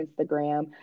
Instagram